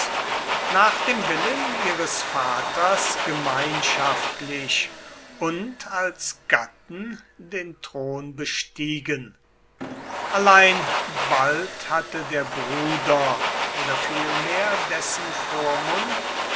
nach dem willen ihres vaters gemeinschaftlich und als gatten den thron bestiegen allein bald hatte der bruder oder vielmehr dessen vormund